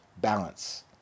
balance